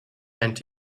and